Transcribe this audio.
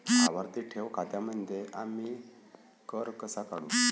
आवर्ती ठेव खात्यांमध्ये आम्ही कर कसा काढू?